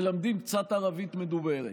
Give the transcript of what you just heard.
מלמדים קצת ערבית מדוברת.